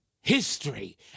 History